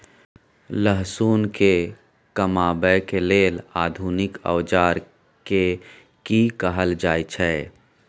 लहसुन के कमाबै के लेल आधुनिक औजार के कि कहल जाय छै?